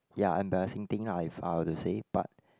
ya embarrassing thing ah if I were to say but